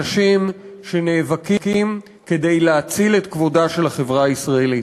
אנשים שנאבקים כדי להציל את כבודה של החברה הישראלית.